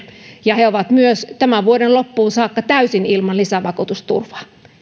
ja he ovat myös tämän vuoden loppuun saakka täysin ilman lisävakuutusturvaa